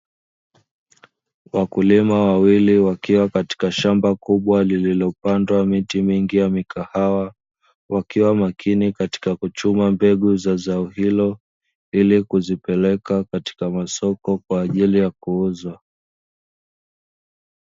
Wakulima wawili wakiwa katika shamba kubwa lililopandwa miti mingi ya mikahawa, wakiwa makini katika kuchuma mbegu za zao hilo ili kuzipeleka katika masoko kwaajili ya kuuzwa.